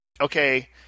okay